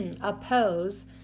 oppose